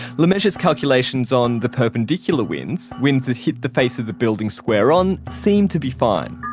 lemessurier's calculations on the perpendicular winds, winds that hit the face of the building square on, seemed to be fine.